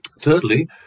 Thirdly